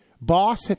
boss